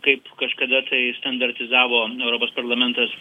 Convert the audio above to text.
kaip kažkada tai standartizavo europos parlamentas